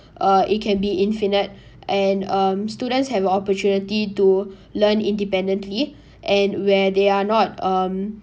uh it can be infinite and um students have a opportunity to learn independently and where they are not um